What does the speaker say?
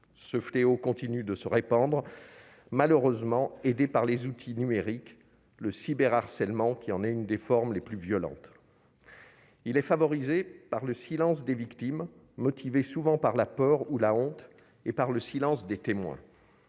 Ce fléau continue de se répandre, malheureusement aidé par les outils numériques, le cyberharcèlement en étant l'une des formes les plus violentes. Il est favorisé par le silence des victimes, motivé souvent par la peur ou la honte et par le silence des témoins.